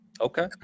Okay